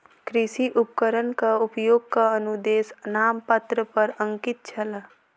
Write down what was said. कृषि उपकरणक उपयोगक अनुदेश नामपत्र पर अंकित छल